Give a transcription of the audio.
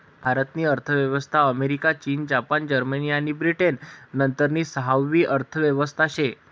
भारत नी अर्थव्यवस्था अमेरिका, चीन, जपान, जर्मनी आणि ब्रिटन नंतरनी सहावी अर्थव्यवस्था शे